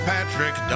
Patrick